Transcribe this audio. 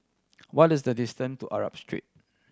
what is the distance to Arab Street